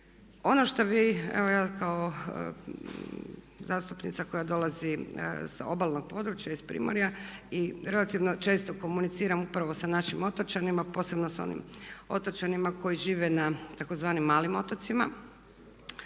Ono što bih evo ja kao zastupnica koja dolazi sa obalnog područja iz primorja i relativno često komuniciram upravo sa našim otočanima, posebno sa onim otočanima koji žive na tzv. malim otocima.